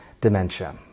dementia